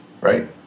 right